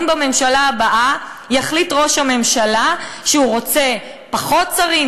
האם בממשלה הבאה יחליט ראש הממשלה שהוא רוצה פחות שרים,